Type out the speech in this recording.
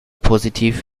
positiv